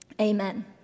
Amen